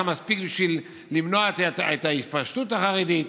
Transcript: מספיק בשביל למנוע את ההתפשטות החרדית.